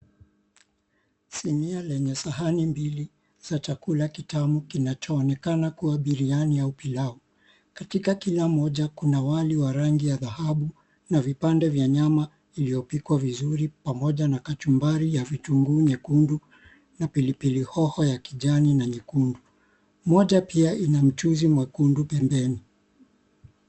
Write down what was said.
Sinia iliyo na sahani mbili za chakula kitamu , katika moja kuna wali wa rangi na vipande vya nyama pamoja na kachumbari, moja pia ina mchuzi mwekundu pembeni.